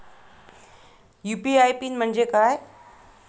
UPI PIN म्हणजे काय?